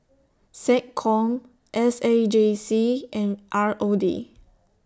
Seccom S A J C and R O D